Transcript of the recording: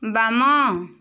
ବାମ